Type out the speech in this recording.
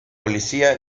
policía